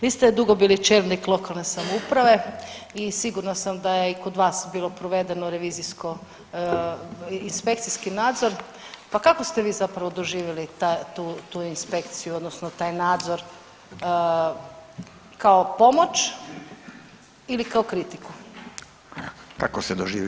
Vi ste dugo bili čelnik lokalne samouprave i sigurna sam da je i kod vas bilo provedeno revizijsko, inspekcijski nadzor, pa kako ste vi zapravo doživjeli ta, tu, tu inspekciju odnosno taj nadzor kao pomoć ili kao kritiku?